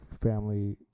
family